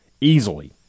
Easily